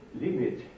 limit